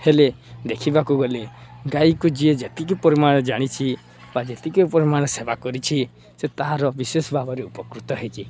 ହେଲେ ଦେଖିବାକୁ ଗଲେ ଗାଈକୁ ଯିଏ ଯେତିକି ପରିମାଣରେ ଜାଣିଛି ବା ଯେତିକି ପରିମାଣ ସେବା କରିଛି ସେ ତାହାର ବିଶେଷ ଭାବରେ ଉପକୃତ ହେଇଛି